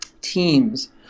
teams